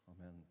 amen